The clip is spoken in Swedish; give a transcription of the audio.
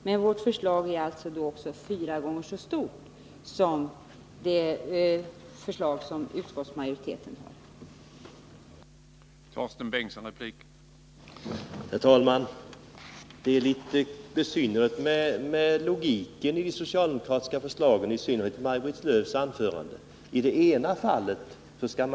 Men i vårt förslag är stödet fyra gånger så stort som det är i utskottsmajoritetens förslag.